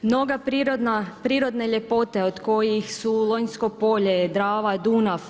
Mnoge prirodne ljepote od kojih su Lonjsko polje, Drava, Dunav.